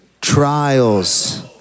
trials